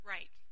Right